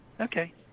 Okay